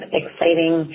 exciting